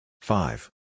Five